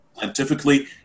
scientifically